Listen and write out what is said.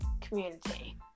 community